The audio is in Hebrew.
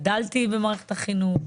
גדלתי במערכת החינוך,